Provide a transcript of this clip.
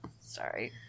sorry